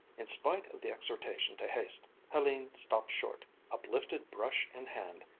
in spite of the exhortation to haste, helene stopped short, uplifted brush in hand.